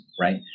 right